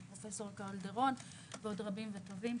את פרופ' קלדרון ועוד רבים וטובים.